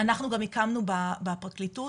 אנחנו גם הקמנו בפרקליטות,